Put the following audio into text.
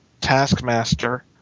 Taskmaster